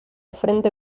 frente